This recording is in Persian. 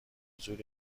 حضور